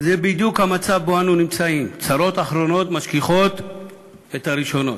זה בדיוק המצב שבו אנו נמצאים: צרות אחרונות משכיחות את הראשונות.